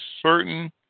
certain